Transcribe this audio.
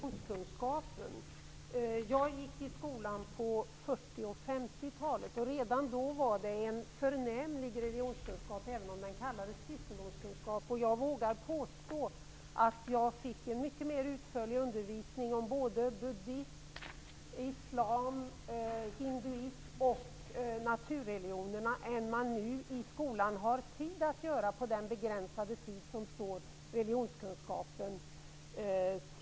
Fru talman! Jag skulle bara vilja replikera när det gäller religionskunskapen. Jag gick i skolan på 40 och 50-talet, och redan då var religionskunskapen förnämlig, även om den kallades kristendomskunskap. Jag vågar påstå att jag fick en utförligare undervisning om såväl buddhism som islam, hinduism och naturreligionerna än man nu får i skolan, med den begränsade tid som finns för religionskunskapen.